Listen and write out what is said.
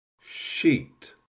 sheet